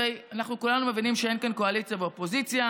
הרי אנחנו כולנו מבינים שאין כאן קואליציה ואופוזיציה,